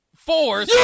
Four